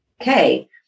okay